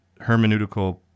hermeneutical